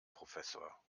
professor